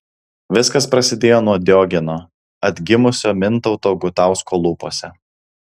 viskas prasidėjo nuo diogeno atgimusio mintauto gutausko lūpose